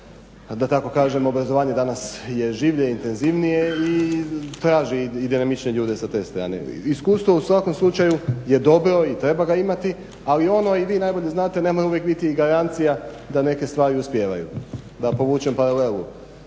da tako kažem obrazovanju. Danas je življe, intenzivnije i traži i dinamičnije ljude sa te strane. Iskustvo u svakom slučaju je dobro i treba ga imati, ali ono i vi najbolje znate ne mora uvijek biti garancija da neke stvari uspijevaju. Da povučem paralelu,